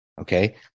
okay